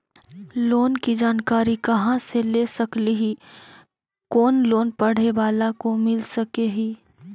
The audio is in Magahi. लोन की जानकारी कहा से ले सकली ही, कोन लोन पढ़े बाला को मिल सके ही?